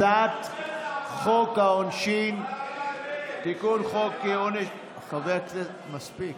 הצעת חוק העונשין (תיקון, חוק עונש מוות